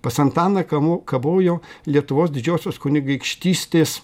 pas antaną kamu kabojo lietuvos didžiosios kunigaikštystės